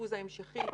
אשפוז המשכי.